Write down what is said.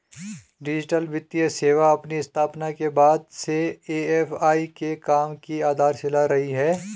digital वित्तीय सेवा अपनी स्थापना के बाद से ए.एफ.आई के काम की आधारशिला रही है